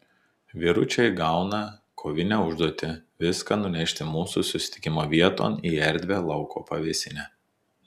vyručiai gauna kovinę užduotį viską nunešti mūsų susitikimo vieton į erdvią lauko pavėsinę